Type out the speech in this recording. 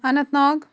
اننٛت ناگ